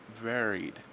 varied